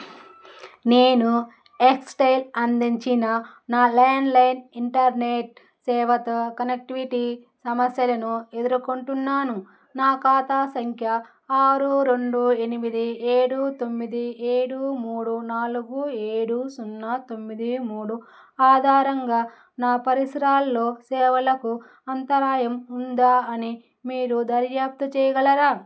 నేను ఎక్స్టైల్ అందించిన నా ల్యాండ్లైన్ ఇంటర్నెట్ సేవతో కనెక్టివిటీ సమస్యలను ఎదురుకొంటున్నాను నా ఖాతా సంఖ్య ఆరు రెండు ఎనిమిది ఏడు తొమ్మిది ఏడు మూడు నాలుగు ఏడు సున్నా తొమ్మిది మూడు ఆధారంగా నా పరిసరాల్లో సేవలకు అంతరాయం ఉందా అని మీరు దర్యాప్తు చేయగలరా